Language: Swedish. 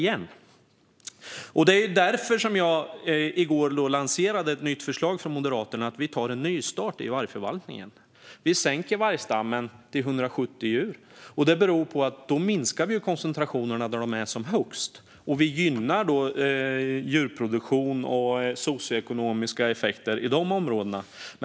I går lanserade jag därför ett förslag från Moderaterna om en nystart i vargförvaltningen. Om vi minskar stammen till 170 djur minskar vi koncentrationen där den är som högst och gynnar djurproduktionen och de socioekonomiska effekterna i dessa områden.